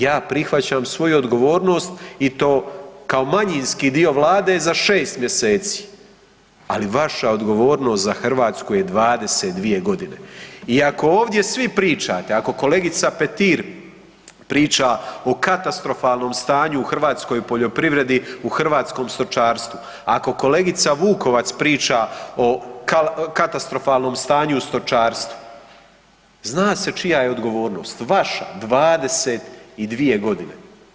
Ja prihvaćam svoju odgovornost i to kao manjinski dio Vlade za 6 mj. ali vaša odgovornost za Hrvatsku je 22 g. i ako ovdje svi pričate, ako kolegica Petir priča o katastrofalnom stanju u hrvatskoj poljoprivredi, u hrvatskom stočarstvu, ako kolegica Vukovac priča o katastrofalnom stanju u stočarstvu, zna se čija je odgovornost, vaša, 22 godine.